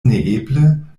neeble